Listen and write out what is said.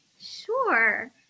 Sure